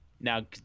Now